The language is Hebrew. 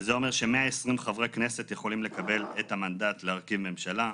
זה אומר ש-120 חברי כנסת יכולים לקבל את המנדט להרכיב ממשלה.